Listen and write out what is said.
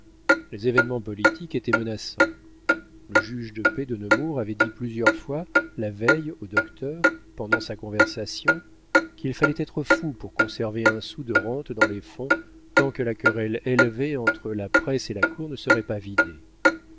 les événements politiques étaient menaçants le juge de paix de nemours avait dit plusieurs fois la veille au docteur pendant sa conversation qu'il fallait être fou pour conserver un sou de rente dans les fonds tant que la querelle élevée entre la presse et la cour ne serait pas vidée